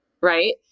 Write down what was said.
Right